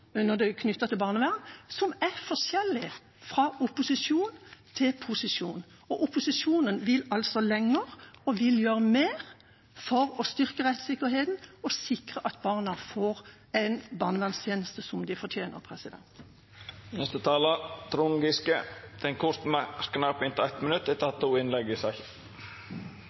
til barnevern som er forskjellige fra opposisjon til posisjon. Opposisjonen vil altså lenger og vil gjøre mer for å styrke rettssikkerheten og sikre at barna får en barnevernstjeneste som de fortjener.